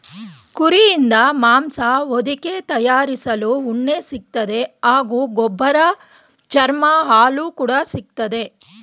ಕುರಿಯಿಂದ ಮಾಂಸ ಹೊದಿಕೆ ತಯಾರಿಸಲು ಉಣ್ಣೆ ಸಿಗ್ತದೆ ಹಾಗೂ ಗೊಬ್ಬರ ಚರ್ಮ ಹಾಲು ಕೂಡ ಸಿಕ್ತದೆ